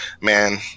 Man